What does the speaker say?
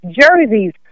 Jerseys